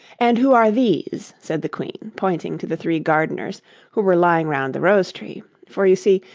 and who are these said the queen, pointing to the three gardeners who were lying round the rosetree for, you see,